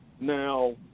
Now